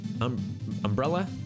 umbrella